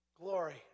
Glory